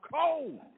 cold